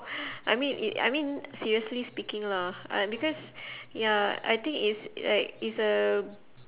I mean i~ I mean seriously speaking lah uh because ya I think it's like it's a